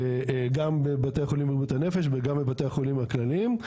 גם בבתי החולים לבריאות הנפש וגם בבתי החולים הכלליים,